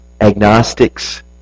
agnostics